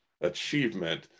achievement